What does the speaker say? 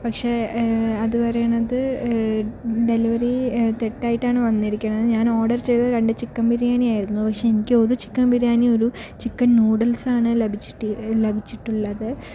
പക്ഷെ അതുപറയണത് ഡെലിവറി തെറ്റായിട്ടാണ് വന്നിരിക്കുന്നത് ഞാൻ ഓർഡർ ചെയ്തത് രണ്ട് ചിക്കൻ ബിരിയാണി ആയിരുന്നു പക്ഷെ എനിക്ക് ഒരു ചിക്കൻ ബിരിയാണിയും ഒരു ചിക്കൻ ന്യൂഡിൽസാണ് ലഭിച്ചിട്ട് ലഭിച്ചിട്ടുള്ളത്